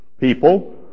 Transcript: people